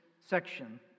section